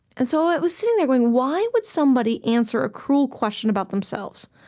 and so i was sitting there going, why would somebody answer a cruel question about themselves?